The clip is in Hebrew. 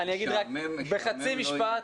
אגיד רק בחצי משפט,